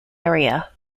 area